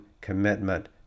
commitment